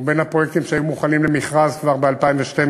הוא בין הפרויקטים שהיו מוכנים למכרז כבר ב-2012,